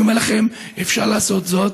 אני אומר לכם, אפשר לעשות זאת,